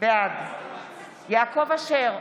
בעד יעקב אשר,